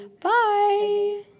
Bye